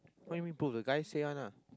what do you mean pull the guy say one lah